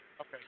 Okay